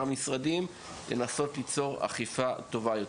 המשרדים לנסות ליצור אכיפה טובה יותר.